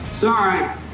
Sorry